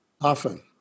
Often